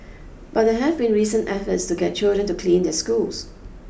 but there have been recent efforts to get children to clean their schools